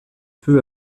peu